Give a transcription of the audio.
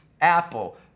Apple